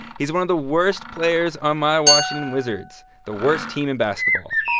he's one of the worst players on my washington wizards, the worst team in basketball.